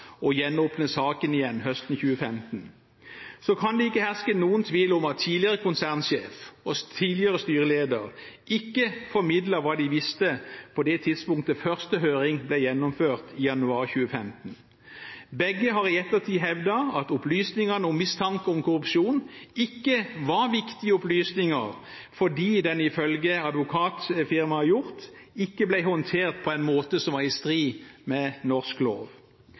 å gjenåpne saken igjen høsten 2015. Det kan ikke herske noen tvil om at tidligere konsernsjef og tidligere styreleder ikke formidlet hva de visste på det tidspunktet da første høring ble gjennomført i januar 2015. Begge har i ettertid hevdet at opplysningene om mistanke om korrupsjon ikke var viktige opplysninger fordi de ifølge advokatfirmaet Hjort ikke ble håndtert på en måte som var i strid med norsk lov.